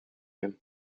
him